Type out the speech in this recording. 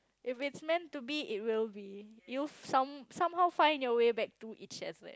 if it's meant to be it will be you will some somehow find your way back to each other